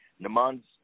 Naman's